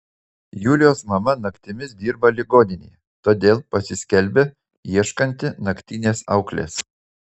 julijos mama naktimis dirba ligoninėje todėl pasiskelbia ieškanti naktinės auklės